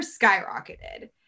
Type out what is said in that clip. skyrocketed